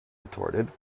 retorted